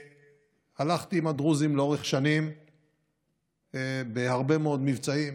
הלכתי עם הדרוזים לאורך שנים בהרבה מאוד מבצעים,